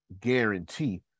guarantee